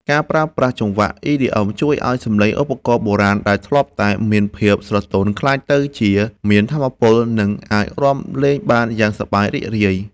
ការប្រើប្រាស់ចង្វាក់ EDM ជួយឱ្យសំឡេងឧបករណ៍បុរាណដែលធ្លាប់តែមានលក្ខណៈស្រទន់ ក្លាយទៅជាមានថាមពល និងអាចរាំលេងបានយ៉ាងសប្បាយរីករាយ។